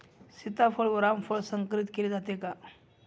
सीताफळ व रामफळ संकरित केले जाते का?